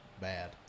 Bad